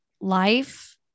life